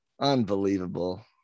Unbelievable